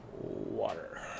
water